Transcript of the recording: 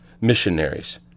missionaries